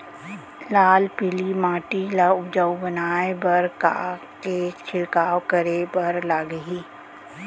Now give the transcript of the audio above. लाल पीली माटी ला उपजाऊ बनाए बर का का के छिड़काव करे बर लागही?